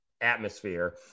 atmosphere